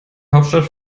hauptstadt